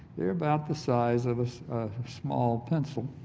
they are about the size of a small pencil,